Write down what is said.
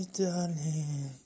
darling